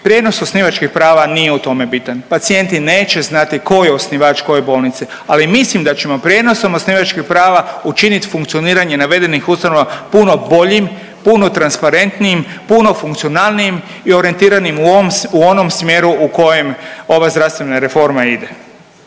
Prijenos osnivačkih prava nije u tome bitan. Pacijenti neće znati tko je osnivač koje bolnice, ali mislim da ćemo prijenosom osnivačkih prava učiniti funkcioniranje navedenih ustanova puno boljim, puno transparentnijim, puno funkcionalnijim i orijentiranim u onom smjeru u kojem ova zdravstvena reforma ide.